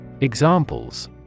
Examples